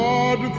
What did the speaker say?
God